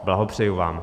Blahopřeji vám.